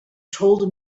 told